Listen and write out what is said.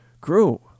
grew